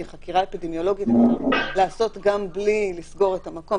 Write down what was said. כי חקירה אפידמיולוגית אפשר לעשות גם בלי לסגור את המקום.